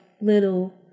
little